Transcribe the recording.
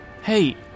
Hey